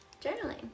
journaling